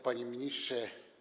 Panie Ministrze!